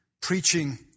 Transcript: preaching